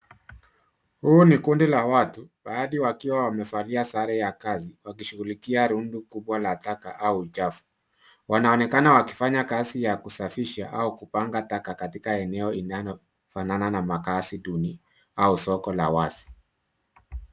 Huu ni kundi la watu, baadhi wakiwa wamevalia sare ya kazi wakishughulikia rundo kubwa la taka au uchafu. Wanaonekana wakifanya kazi ya kusafisha au kupanga taka katika eneo inalofanana na makazi duni au soko la wazi.